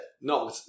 No